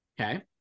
Okay